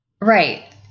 Right